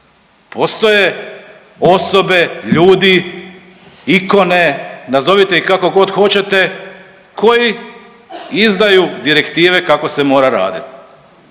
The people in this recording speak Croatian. Postoje osobe, ljudi, ikone, nazovite ih kako god hoćete koji izdaju direktive kako se mora raditi.